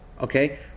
okay